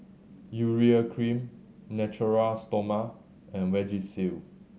Urea Cream Natura Stoma and Vagisil